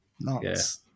nuts